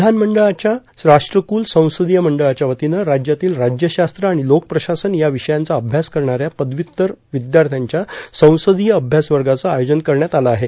विधानमंडळाच्या राष्ट्रकुल संसदीय मंडळाच्या वतीनं राज्यातील राज्यशास्त्र आणि लोकप्रशासन या विषयांचा अभ्यास करणाऱ्या पदव्युत्तर विद्यार्थ्याच्या संसदीय अभ्यासवर्गाचं आयोजन करण्यात आलं आहे